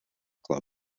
club